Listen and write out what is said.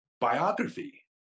biography